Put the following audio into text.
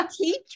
teach